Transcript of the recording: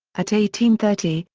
at eighteen thirty,